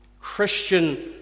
Christian